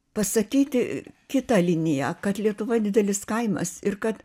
pasakyti kitą liniją kad lietuva didelis kaimas ir kad